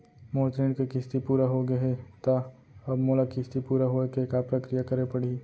मोर ऋण के किस्ती पूरा होगे हे ता अब मोला किस्ती पूरा होए के का प्रक्रिया करे पड़ही?